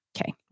Okay